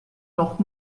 noch